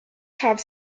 have